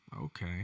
okay